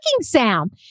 sound